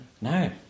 No